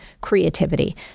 creativity